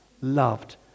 loved